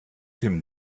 him